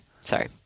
Sorry